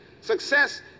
Success